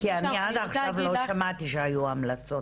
אני עד עכשיו לא שמעתי שהיו המלצות.